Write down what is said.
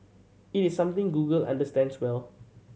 it is something Google understands well